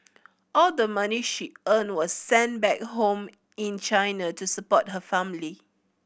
all the money she earned was sent back home in China to support her family